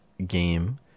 game